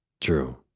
True